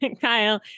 kyle